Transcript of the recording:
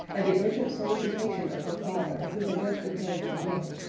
at the urgent solicitation of her father, who had just returned from europe,